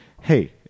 hey